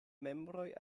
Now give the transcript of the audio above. membroj